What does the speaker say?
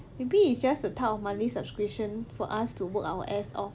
maybe it's just a type of monthly subscription for us to work our ass off